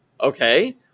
Okay